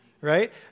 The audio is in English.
right